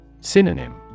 Synonym